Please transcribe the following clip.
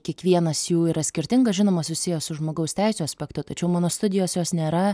kiekvienas jų yra skirtingas žinoma susijęs su žmogaus teisių aspektu tačiau mano studijos jos nėra